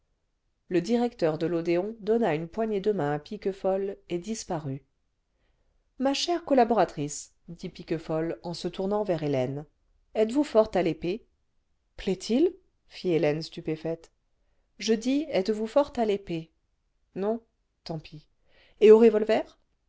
le directeur de l'odéon donna une poignée de main à piquefol et disparut ma chère collaboratrice dit piquefol en se tournant vers hélène êtes-vous for te à l'épée plaît-il fit hélène stupéfaite je dis êtes-vous forte à l'épée non tant pis et au revolver